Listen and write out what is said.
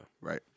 right